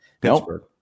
Pittsburgh